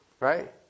right